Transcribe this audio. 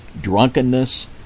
drunkenness